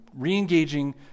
reengaging